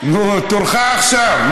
תורך עכשיו.